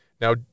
Now